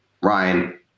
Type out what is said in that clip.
Ryan